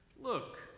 Look